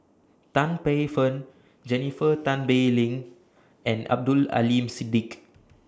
Tan Paey Fern Jennifer Tan Bee Leng and Abdul Aleem Siddique